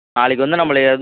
ஆ சரிங்க சார்